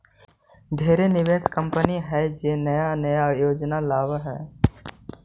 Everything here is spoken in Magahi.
ढेरे निवेश कंपनी हइ जे नया नया योजना लावऽ हइ